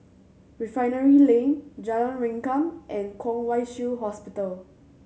Refinery Lane Jalan Rengkam and Kwong Wai Shiu Hospital